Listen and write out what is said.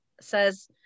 says